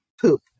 Poop